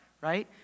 right